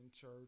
church